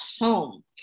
home